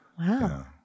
wow